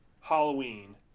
Halloween